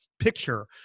picture